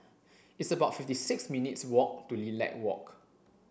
it's about fifty six minutes' walk to Lilac Walk